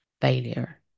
failure